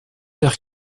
vers